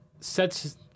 sets